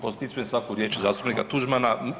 Potpisujem svaku riječ zastupnika Tuđmana.